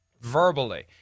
verbally